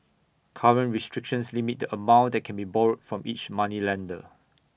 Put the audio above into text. current restrictions limit the amount that can be borrowed from each moneylender